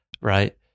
right